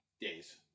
Days